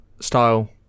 style